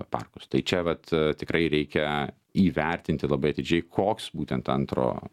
parkus tai čia vat tikrai reikia įvertinti labai atidžiai koks būtent antro